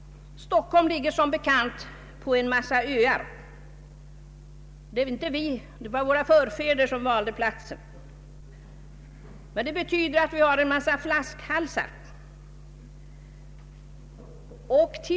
Stockholm ligger som bekant på en massa öar — det är inte vi utan våra förfäder som valt platsen. Det betyder att vi har en massa besvärliga flaskhalsar.